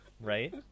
right